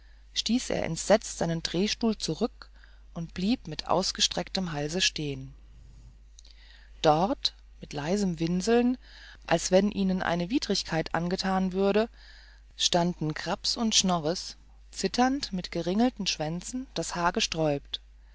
stieß er entsetzt seinen drehstuhl zurück und blieb mit ausgerecktem halse stehen dort mit leisem winseln als wenn ihnen etwas böses angetan würde standen graps und schnores zitternd mit geringelten schwänzen das haar gesträubt